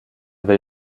will